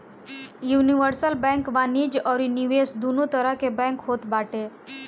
universal bank वाणिज्य अउरी निवेश दूनो तरह के बैंक होत बाटे